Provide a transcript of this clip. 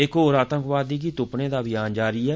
इक होर आतंकवादी गी तुप्पने दा अभियान जारी ऐ